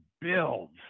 builds